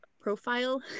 profile